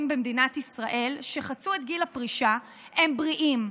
במדינת ישראל שחצו את גיל הפרישה והם בריאים,